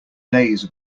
days